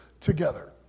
together